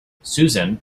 susan